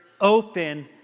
open